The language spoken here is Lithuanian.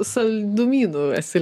saldumynų esi